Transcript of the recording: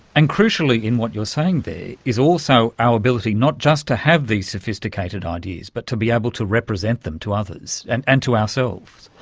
and crucially in what you are saying there is also our ability not just to have these sophisticated ideas but to be able to represent them to others and and to ourselves.